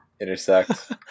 intersect